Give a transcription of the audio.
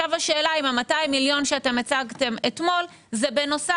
השאלה אם ה-200 מיליון שהצגתם אתמול, זה בנוסף?